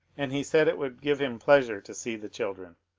and he said it would give him pleasure to see the children.